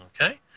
okay